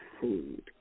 food